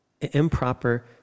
improper